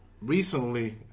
recently